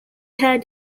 had